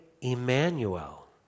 Emmanuel